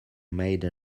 made